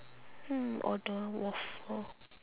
hmm order a waffle